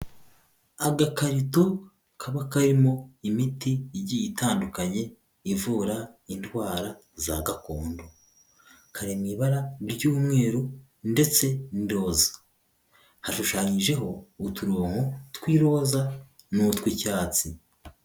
Agakarito kaba karimo imiti igiye itandukanye ivura indwara za gakondo, kari mu ibara ry'umweru ndetse n'indoza, hashushanyijeho uturongonko tw'iroza n'utw'icyatsi.